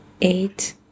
eight